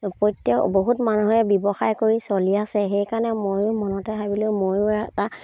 প্ৰত্যেক বহুত মানুহে ব্যৱসায় কৰি চলি আছে সেইকাৰণে ময়ো মনতে ভাবিলো ময়ো এটা